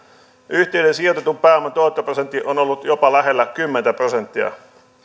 yhtiöiden sijoitetun pääoman tuottoprosentti on ollut jopa lähellä kymmentä prosenttia